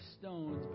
stones